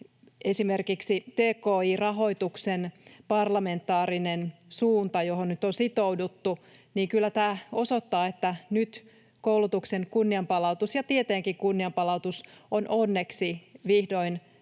esimerkiksi tki-rahoituksen parlamentaarinen suunta, johon nyt on sitouduttu, niin kyllä tämä osoittaa, että nyt koulutuksen kunnianpalautus, ja tietenkin kunnianpalautus, on onneksi vihdoin tapahtunut.